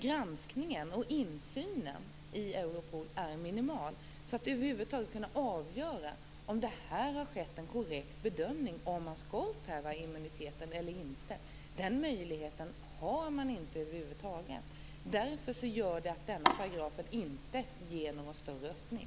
Granskningen och insynen i Europol är minimal för att man över huvud taget skall kunna avgöra om det här har skett en korrekt bedömning av om immuniteten skall upphävas eller inte. Den möjligheten har man över huvud taget inte. Därför ger inte denna paragraf någon större öppning.